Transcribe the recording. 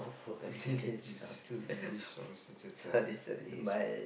English song it is